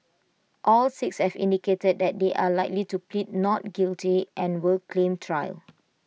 all six have indicated that they are likely to plead not guilty and will claim trial